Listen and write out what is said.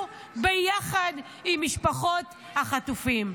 כולנו ביחד עם משפחות החטופים.